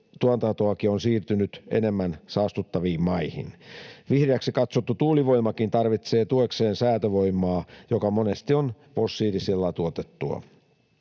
tuotantoakin on siirtynyt enemmän saastuttaviin maihin. Vihreäksi katsottu tuulivoimakin tarvitsee tuekseen säätövoimaa, joka monesti on fossiilisella tuotettua.